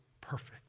perfect